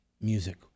music